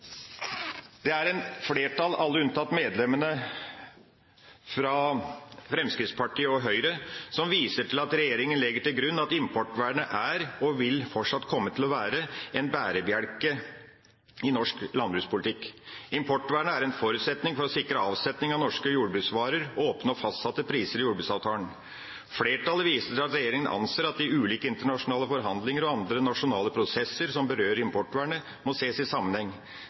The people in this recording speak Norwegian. Det er et flertall, alle unntatt medlemmene fra Fremskrittspartiet og Høyre, som viser til at Regjeringen legger til grunn at importvernet er, og vil fortsatt komme til å være, en bærebjelke i norsk landbrukspolitikk. Importvernet er en forutsetning for å sikre avsetningen av norske jordbruksvarer og oppnå fastsatte priser i jordbruksavtalen. Flertallet viser at regjeringa anser at de ulike internasjonale forhandlinger og andre nasjonale prosesser som berører importvernet, må ses i sammenheng.